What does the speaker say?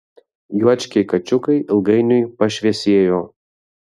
juočkiai kačiukai ilgainiui pašviesėjo